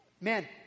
man